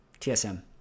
TSM